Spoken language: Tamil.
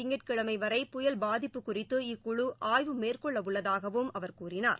திங்கட்கிழமைவரை நாளைமுதல் வரும் புயல் பாதிப்பு குறித்து இக்குழுஆய்வு மேற்கொள்ளஉள்ளதாகவும் அவர் கூறினார்